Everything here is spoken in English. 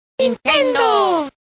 ¡Nintendo